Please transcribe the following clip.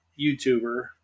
YouTuber